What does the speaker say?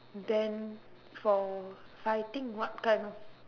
then for fighting what kind of